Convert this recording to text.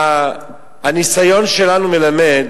הניסיון שלנו מלמד